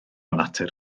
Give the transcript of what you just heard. natur